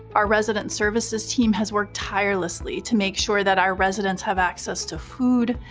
our resident services team has worked tirelessly to make sure that our residents have access to food,